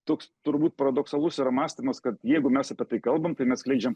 toks turbūt paradoksalus mąstymas kad jeigu mes apie tai kalbam tai mes skleidžiam